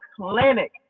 clinic